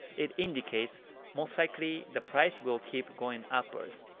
it indicates most likely the price will keep going upwards.